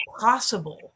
possible